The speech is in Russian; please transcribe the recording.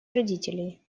родителей